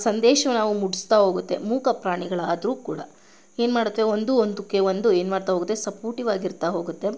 ಸಂದೇಶವನ್ನು ಅವು ಮುಟ್ಟಿಸ್ತಾ ಹೋಗುತ್ತವೆ ಮೂಕ ಪ್ರಾಣಿಗಳು ಆದರೂ ಕೂಡ ಏನು ಮಾಡ್ತಾ ಹೋಗ್ತವೆ ಒಂದು ಒಂದಕ್ಕೆ ಒಂದು ಏನು ಮಾಡ್ತಾ ಹೋಗುತ್ತೆ ಸಪೋರ್ಟಿವ್ ಆಗಿರ್ತಾ ಹೋಗುತ್ತೆ